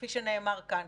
כפי שנאמר כאן,